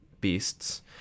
beasts